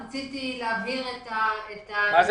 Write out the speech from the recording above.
רציתי להבהיר את העמדה.